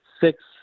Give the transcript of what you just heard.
six